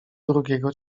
drugiego